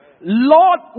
Lord